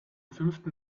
fünften